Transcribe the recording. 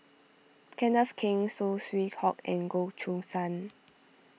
Kenneth Keng Saw Swee Hock and Goh Choo San